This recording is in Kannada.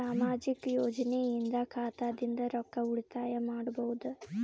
ಸಾಮಾಜಿಕ ಯೋಜನೆಯಿಂದ ಖಾತಾದಿಂದ ರೊಕ್ಕ ಉಳಿತಾಯ ಮಾಡಬಹುದ?